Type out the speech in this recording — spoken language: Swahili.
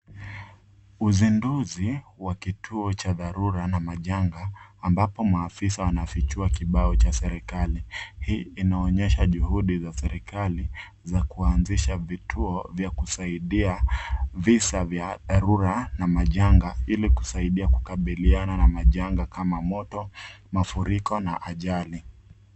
Uziduzi wa kituo cha dharura na majanga ambapo maafisa wanafichua kibao cha serikali. Hii inaonyesha juhudi za serikali za kuanzisha vituo vya kusaidia visa vya dharura au majanga ili kusaidia kukabiliana na majanga kama moto, mafuriko na ajali.